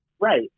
Right